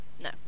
No